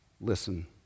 listen